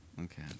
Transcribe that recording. okay